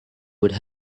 would